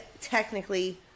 technically